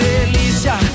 Delícia